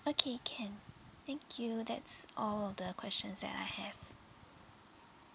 okay can thank you that's all of the questions that I have